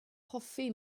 hoffi